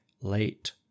late